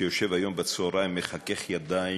שיושב היום בצהריים, מחכך ידיים